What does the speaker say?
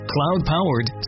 Cloud-powered